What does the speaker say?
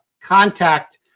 contact